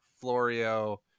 Florio